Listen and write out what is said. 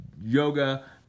yoga